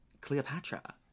cleopatra